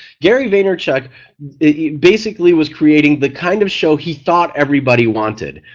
gary vaynerchuk basically was creating the kind of show he thought everybody wanted.